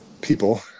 people